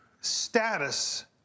status